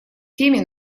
теме